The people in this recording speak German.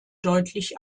deutlich